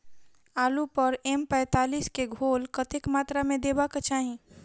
आलु पर एम पैंतालीस केँ घोल कतेक मात्रा मे देबाक चाहि?